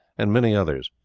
and many others,